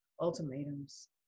ultimatums